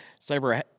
cyber